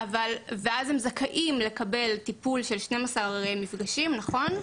ואז הם זכאים לקבל טיפול של 12 מפגשים, נכון?